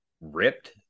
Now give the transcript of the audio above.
ripped